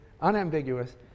unambiguous